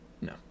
No